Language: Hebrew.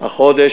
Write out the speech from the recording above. החודש,